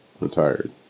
retired